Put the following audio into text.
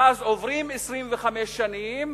ואז עוברות 25 שנים,